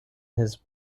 his